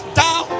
down